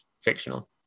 fictional